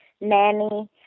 nanny